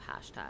hashtag